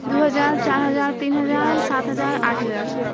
दू हजार चारि हजार तीन हजार सात हजार आठ हजार